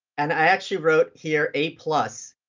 and i actually wrote here a plus,